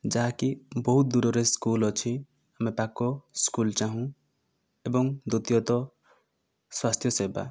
ଯାହାକି ବହୁତ ଦୂରରେ ସ୍କୁଲ ଅଛି ଆମେ ପାଖ ସ୍କୁଲ ଚାଁହୁ ଏବଂ ଦ୍ବିତୀୟତଃ ସ୍ୱାସ୍ଥ୍ୟ ସେବା